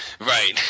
right